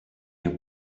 your